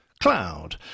Cloud